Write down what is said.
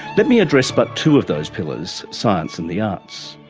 let me address but two of those pillars science and the arts.